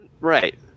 Right